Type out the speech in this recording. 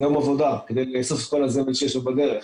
זה יום עבודה כדי לאסוף את כל הזבל שיש לו בדרך.